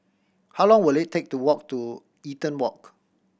how long will it take to walk to Eaton Walk